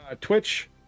Twitch